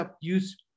use